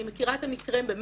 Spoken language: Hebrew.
אני מכירה את המקרה באמת